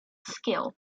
skill